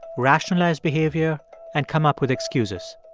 rationalize behavior and come up with excuses,